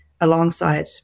alongside